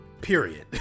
period